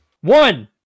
One